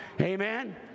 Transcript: Amen